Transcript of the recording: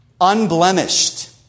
unblemished